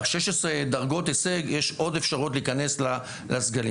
ב-16 דרגות ההישג יש עוד אפשרויות להיכנס לסגלים.